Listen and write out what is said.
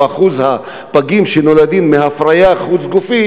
או אחוז הפגים שנולדים מהפריה חוץ-גופית,